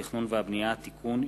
הצעת חוק התכנון והבנייה (תיקון,